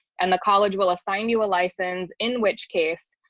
and the college will assign you a license, in which case,